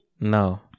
No